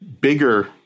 bigger